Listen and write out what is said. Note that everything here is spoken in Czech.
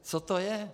Co to je?